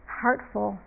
heartful